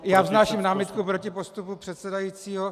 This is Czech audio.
Já vznáším námitku proti postupu předsedajícího.